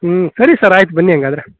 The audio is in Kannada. ಹ್ಞೂ ಸರಿ ಸರ್ ಆಯಿತು ಬನ್ನಿ ಹಾಗಾದರೆ